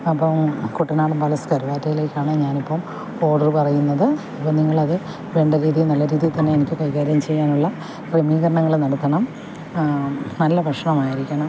അപ്പോൾ കുട്ടനാടൻ പാലസ് കരുവാറ്റയിലേക്കാണ് ഞാനിപ്പം ഓർഡർ പറയുന്നത് അപ്പോൾ നിങ്ങളത് വേണ്ട രീതിയിൽ നല്ല രീതിയിൽ തന്നെ എനിക്ക് കൈകാര്യം ചെയ്യാനുള്ള ക്രമീകരണങ്ങള് നടത്തണം നല്ല ഭക്ഷണമായിരിക്കണം